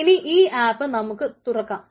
ഇനി ഈ ആപ്പ് നമുക്ക് തുറക്കാം